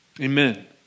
Amen